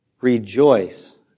rejoice